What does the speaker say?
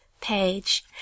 page